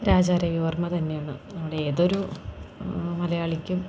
രാജാരവി വർമ്മ തന്നെയാണ് ഇവിടെ ഏതൊരു മലയാളിക്കും